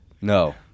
No